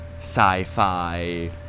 sci-fi